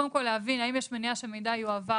קודם כל האם יש מניעה שהמידע יועבר